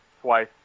twice